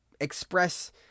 express